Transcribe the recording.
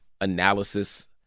analysis